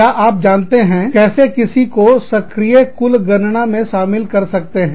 या आप जानते हैं कैसे किसी को सक्रिय कुल गणना में शामिल कर सकते हैं